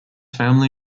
family